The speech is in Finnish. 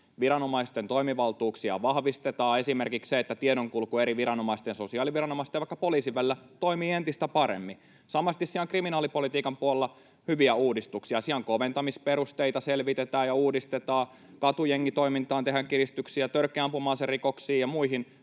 viranomaisten toimivaltuuksia vahvistetaan, esimerkiksi se, että tiedonkulku eri viranomaisten, sosiaaliviranomaisten ja vaikka poliisin, välillä toimii entistä paremmin. Samalla tavoin on kriminaalipolitiikan puolella hyviä uudistuksia: koventamisperusteita selvitetään ja uudistetaan, katujengitoimintaan tehdään kiristyksiä, törkeisiin ampuma-aserikoksiin ja muihin useita